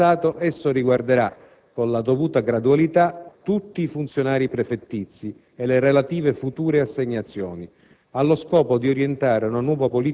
Segnando una svolta rispetto al passato, esso riguarderà, con la dovuta gradualità, tutti i funzionari prefettizi e le relative future assegnazioni,